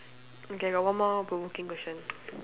okay got one more provoking question